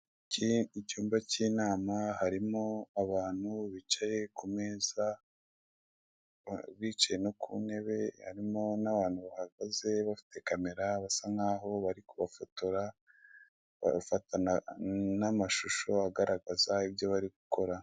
Iki ni icyumba k'inama harimo abantu bicaye ku meza bicaye no ku ntebe harimo n'abantu bahagaze bafite kamera basa nkaho bari kubafotora bafata n'amashusho agaragaza ibyo bari gukora.